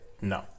No